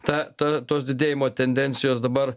ta ta tos didėjimo tendencijos dabar